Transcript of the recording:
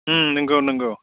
नंगौ नंगौ